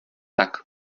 tak